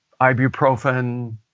ibuprofen